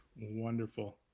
Wonderful